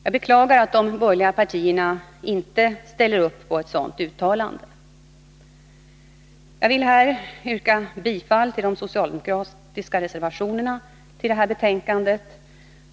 Jag beklagar att de borgerliga partierna inte ställer upp på ett sådant uttalande. Jag yrkar bifall till de socialdemokratiska reservationerna vid betänkandet.